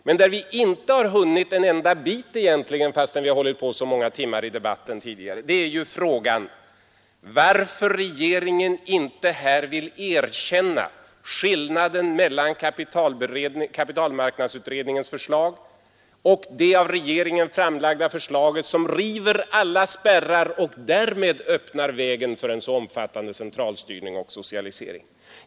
Men en fråga som vi egentligen inte har hunnit en enda bit med fastän vi har hållit på och debatterat så många timmar är varför regeringen inte här vill erkänna skillnaden mellan kapitalmarknadsutredningens förslag och det av regeringen framlagda förslaget som river alla spärrar och därmed öppnar vägen för en omfattande centralstyrning och socialisering.